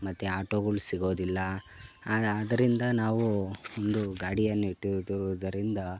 ಮತ್ತೆ ಆಟೋಗಳು ಸಿಗೋದಿಲ್ಲ ಆಗ ಆದ್ದರಿಂದ ನಾವು ಒಂದು ಗಾಡಿಯನ್ನು ಇಟ್ಟು ಇಟ್ಟಿರುವುದರಿಂದ